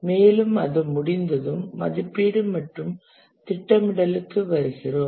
மேலும் அது முடிந்ததும் மதிப்பீடு மற்றும் திட்டமிடலுக்கு வருகிறோம்